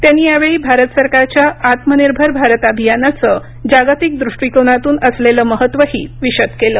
त्यांनी यावेळी भारत सरकारच्या आत्मनिर्भर भारत अभियानाचं जागतिक दृष्टीकोनातून असलेलं महत्त्वही विषद केलं